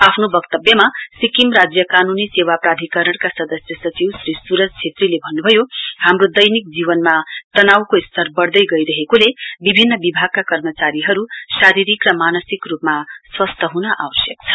आफ्नो वक्तव्यमा सिक्किम राज्य कानूनी सेवा प्रधानकरणका सदस्य सचिव श्री सूरज छेत्रीले भन्नुभयो हाम्रो दैनिक जीवनमा तनाउको स्तर बढ़दै गइरहेकोले विभिन्न विभागका कर्मचारीहरु शारीरिक र मानसिक रुपमा स्वस्थ हुन आवश्यक छ